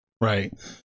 Right